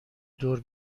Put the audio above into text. دور